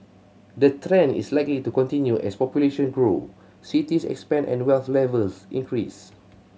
the trend is likely to continue as population grow cities expand and wealth levels increase